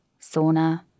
sauna